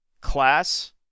class